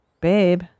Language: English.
babe